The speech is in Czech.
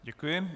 Děkuji.